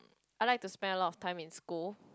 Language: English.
I like to spend a lot of time in school